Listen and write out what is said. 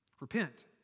Repent